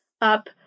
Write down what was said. up